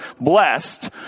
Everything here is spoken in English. blessed